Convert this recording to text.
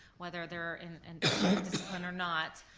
whether in discipline or not,